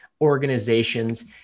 Organizations